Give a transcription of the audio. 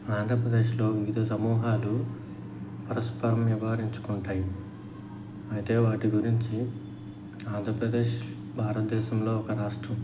ఆంధ్రప్రదేశ్లో వివిధ సమూహాలు పరస్పరం నివారించుకుంటాయి అయితే వాటి గురించి ఆంధ్రప్రదేశ్ భారతదేశంలో ఒక రాష్ట్రం